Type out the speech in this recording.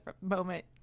moment